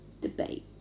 debate